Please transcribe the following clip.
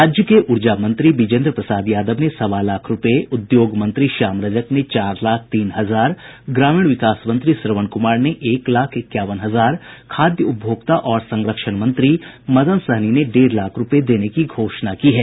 राज्य के ऊर्जा मंत्री विजेंद्र प्रसाद यादव ने सवा लाख रूपये उद्योग मंत्री श्याम रजक ने चार लाख तीन हजार ग्रामीण विकास मंत्री श्रवण कुमार ने एक लाख इक्यावन हजार खाद्य उपभोक्ता और संरक्षण मंत्री मदन सहनी ने डेढ़ लाख रूपये देने की घोषणा की है